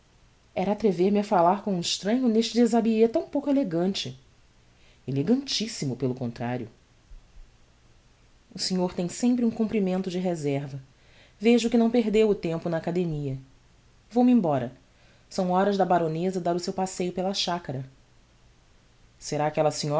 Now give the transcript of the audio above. era atrever me a falar com un estranho neste déshabillé tão pouco elegante elegantissimo pelo contrario o senhor tem sempre um comprimento de reserva vejo que não perdeu o tempo na academia vou-me embora são horas da baroneza dar o seu passeio pela chacara será aquella senhora que alli está